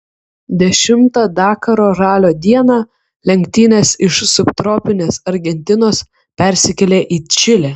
dešimtą dakaro ralio dieną lenktynės iš subtropinės argentinos persikėlė į čilę